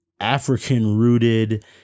African-rooted